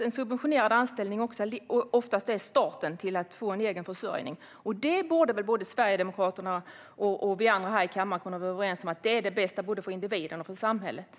En subventionerad anställning är ofta starten till en egen försörjning, och att det är det bästa för både individen och samhället borde såväl Sverigedemokraterna som vi andra här i kammaren kunna vara överens om.